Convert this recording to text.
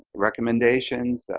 recommendations,